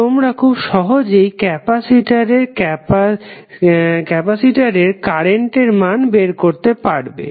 তো তোমরা খুব সহজেই ক্যাপাসিটরের কারেন্টের মান বের করতে পারবে